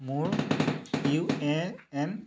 মোৰ U A N